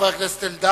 חבר הכנסת אלדד,